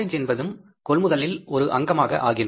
என்பதும் கொள்முதலில் ஒரு அங்கமாக ஆகின்றது